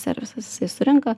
servisas jis surenka